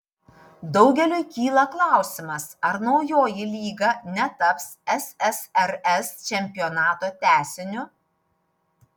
daugeliui kyla klausimas ar naujoji lyga netaps ssrs čempionato tęsiniu